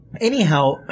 Anyhow